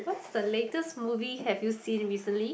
what's the latest movie have you seen recently